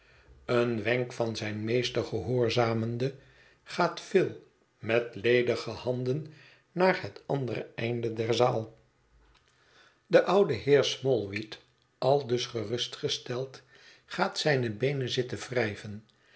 een wenk van zijn meester gehoorzamende gaat phil met ledige handen naar het andere einde der zaal de oude heer smallweed aldus gerustgesteld gaat zijne beenen zitten wrijven